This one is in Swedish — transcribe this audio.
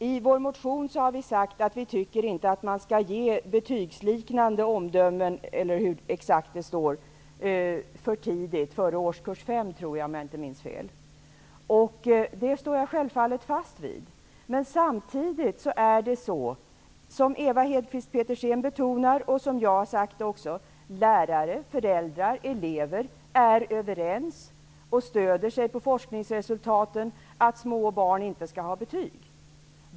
I vår motion har vi skrivit att man inte skall ge betygsliknande omdömen för tidigt -- inte före årskurs 5, om jag inte minns fel. Det står jag självfallet fast vid. Men det är samtidigt så, precis som Ewa Hedkvist Petersen betonar och som jag också sagt tidigare, att lärare, föräldrar och elever är överens, med stöd av forskningsresultaten, att små barn inte skall ha betyg.